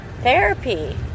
therapy